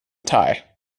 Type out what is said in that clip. tie